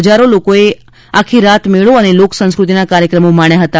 હજારો લોકોએ આખી રાત મેળો તથા લોક સંસ્કૃતિના કાર્યક્રમો માણ્યા હતા